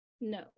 no